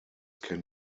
can